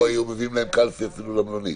או שהיו מביאים להם קלפי אפילו למלונית.